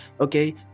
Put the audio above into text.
Okay